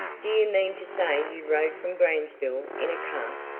do you mean to say you rode from gransville in a cart?